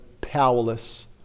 powerless